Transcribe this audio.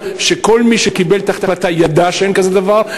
שכל מי שקיבל את ההחלטה ידע שאין כזה דבר,